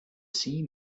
see